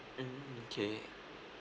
mm K